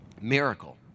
miracle